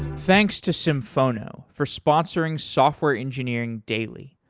thanks to symphono for sponsoring software engineering daily.